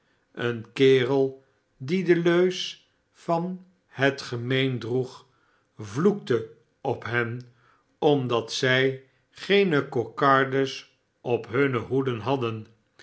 een kerel die de leus van het gemeen droeg vloekte op hen omdat zij geene kokardes op hunne hoeden hadden